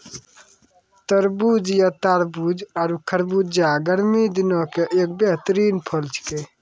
तरबूज या तारबूज आरो खरबूजा गर्मी दिनों के एक बेहतरीन फल छेकै